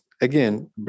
again